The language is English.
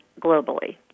globally